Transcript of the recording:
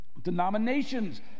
denominations